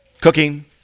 cooking